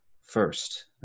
first